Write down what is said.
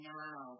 now